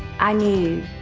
i knew.